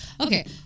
Okay